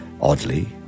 oddly